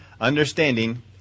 Understanding